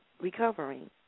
recovering